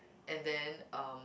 and then um